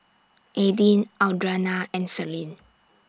Adin Audrianna and Celine